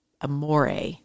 amore